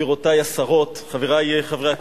גבירותי השרות, חברי חברי הכנסת,